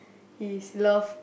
his love